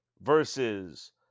versus